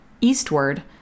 Eastward